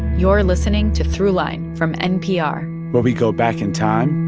you're listening to throughline from npr where we go back in time.